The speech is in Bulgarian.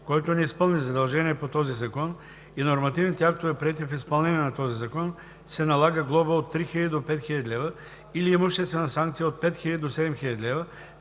който не изпълни задължение по този закон и нормативните актове, приети в изпълнение на този закон, се налага глоба от 3000 до 5000 лв. или имуществена санкция от 5000 до 7000 лв.